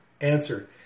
Answer